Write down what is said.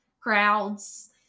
crowds